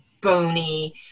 bony